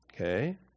Okay